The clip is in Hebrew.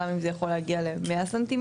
גם אם זה יכול להגיע ל-100 ס"מ.